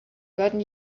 gotten